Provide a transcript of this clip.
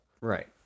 Right